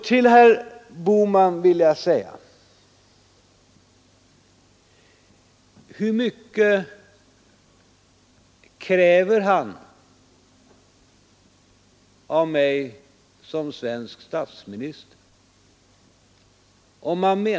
Till herr Bohman skulle jag vilja säga: Hur mycket kräver herr Bohman av mig som svensk statsminister?